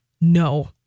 no